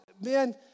man